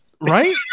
right